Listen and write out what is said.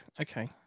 Okay